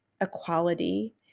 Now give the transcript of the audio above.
equality